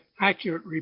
accurate